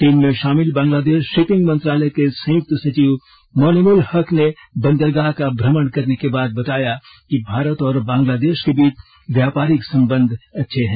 team में शामिल Bangladesh shipping मंत्रालय के संयुक्त सचिव मोनेमुल हक ने बंदरगाह का भ्रमण करने के बाद बताया कि भारत और बांग्लादेश के बीच व्यापारिक संबंध अच्छे हैं